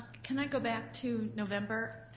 can i go back to november?